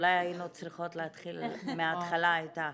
אולי היינו צריכות להתחיל מהתחלה איתך.